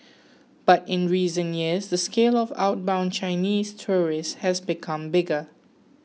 but in recent years the scale of outbound Chinese tourists has become bigger